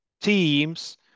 teams